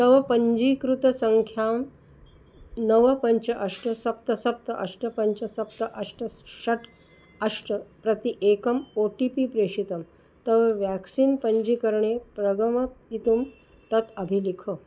तव पञ्जीकृतसङ्ख्यां नव पञ्च अष्ट सप्त सप्त अष्ट पञ्च सप्त अष्ट षट् अष्ट प्रति एकम् ओ टि पि प्रेषितं तव व्याक्सीन् पञ्जीकरणे प्रगमयितुं तत् अभिलिख